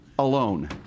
alone